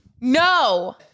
No